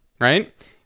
right